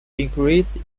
increase